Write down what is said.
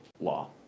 Law